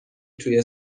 توی